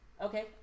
Okay